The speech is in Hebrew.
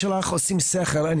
עושים שכל,